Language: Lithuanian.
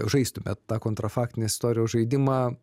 žaistumėt tą kontrafakcinės istorijos žaidimą